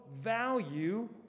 value